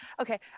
Okay